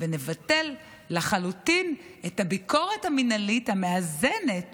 ונבטל לחלוטין את הביקורת המינהלית המאזנת